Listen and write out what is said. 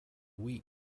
wheat